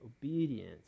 Obedience